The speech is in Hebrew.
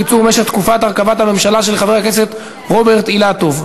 קיצור משך תקופת הרכבת הממשלה) של חבר הכנסת רוברט אילטוב.